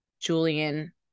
Julian